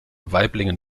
waiblingen